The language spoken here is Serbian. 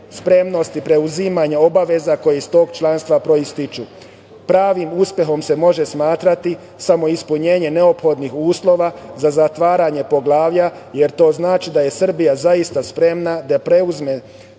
spremnosti preuzimanja obaveza koje iz tog članstva proističu. Pravim uspehom se može smatrati samo ispunjenje neophodnih uslova za zatvaranje poglavlja, jer to znači da je Srbija zaista spremna da preuzme